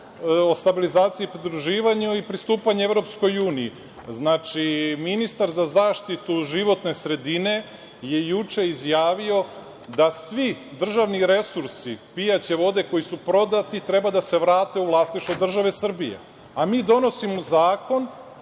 prevari EU ili da se nastavi SSP i pristupanju EU. Znači, ministar za zaštitu životne sredine je juče izjavio da svi državni resursi pijaće vode koji su prodati treba da se vrate u vlasništvo države Srbije. A mi donosimo zakon